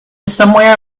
somewhere